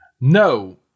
No